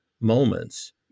moments